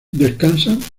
descansan